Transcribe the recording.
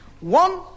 One